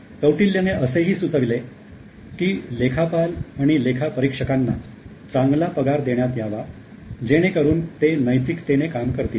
कौटिल्यने असेही सुचवले की लेखापाल आणि लेखापरीक्षकांना चांगला पगार देण्यात यावा जेणेकरून ते नैतिकतेने काम करतील